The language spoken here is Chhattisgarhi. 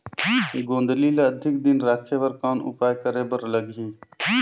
गोंदली ल अधिक दिन राखे बर कौन उपाय करे बर लगही?